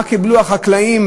מה קיבלו החקלאים